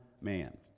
man